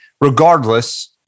Regardless